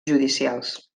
judicials